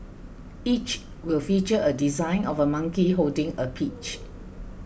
each will feature a design of a monkey holding a peach